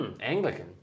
Anglican